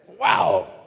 Wow